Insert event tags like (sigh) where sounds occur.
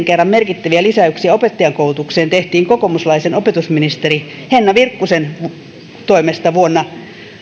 (unintelligible) kerran merkittäviä lisäyksiä opettajankoulutukseen tehtiin kokoomuslaisen opetusministeri henna virkkusen toimesta vuonna